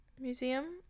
museum